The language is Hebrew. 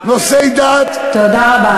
נושאי דת, תודה רבה.